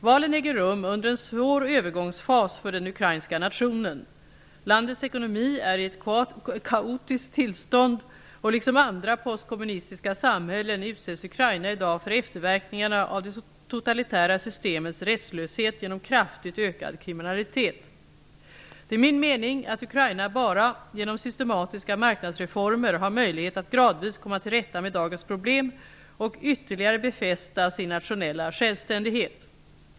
Valen äger rum under en svår övergångsfas för den ukrainska nationen. Landets ekonomi är i ett kaotiskt tillstånd, och liksom andra postkommunistiska samhällen utsätts Ukraina i dag för efterverkningarna av det totalitära systemets rättslöshet genom kraftigt ökad kriminalitet. Det är min mening att Ukraina bara genom systematiska marknadsreformer har möjlighet att gradvis komma till rätta med dagens problem och ytterligare befästa sin nationella självständighet.